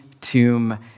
tomb